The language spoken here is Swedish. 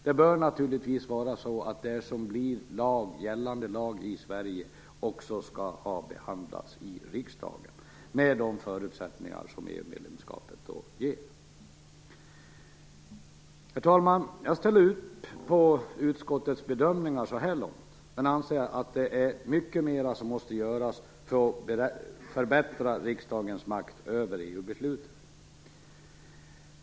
Det bör naturligtvis vara så att det som blir gällande lag i Sverige också skall ha behandlats i riksdagen, med de förutsättningar som EU medlemskapet ger. Herr talman! Jag ställer upp på utskottets bedömningar så här långt, men anser att det är mycket mer som måste göras för att förbättra riksdagens makt över EU-besluten.